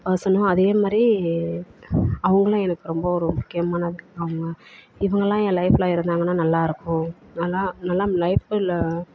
பர்சனாக அதே மாதிரி அவங்களும் எனக்கு ரொம்ப ஒரு முக்கியமானது அவங்க இவங்கள்லாம் என் லைஃபில் இருந்தாங்கனா நல்லா இருக்கும் நல்லா நல்லா லைஃபில்